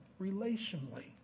relationally